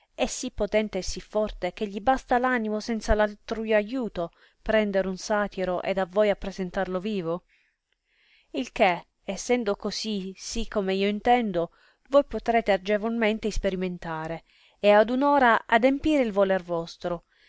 è sì pòtente e sì forte che gli basta animo senza altrui aiuto prendere un satiro ed a voi appresentarlo vivo il che essendo così sì come io intendo voi poterete agevolmente isperimentare e ad un ora adempire il voler vostro